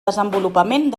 desenvolupament